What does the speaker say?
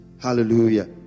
Hallelujah